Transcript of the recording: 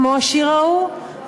כמו השיר ההוא,